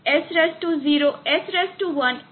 S0 S1 એવી રીતે